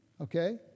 Okay